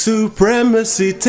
Supremacy